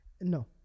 No